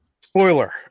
Spoiler